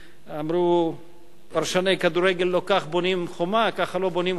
אמרו פרשני כדורגל: ככה לא בונים חומה,